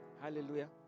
Hallelujah